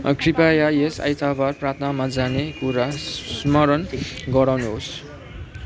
कृपया यस आइतबार प्रार्थनामा जाने कुरा स्मरण गराउनुहोस्